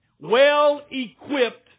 Well-equipped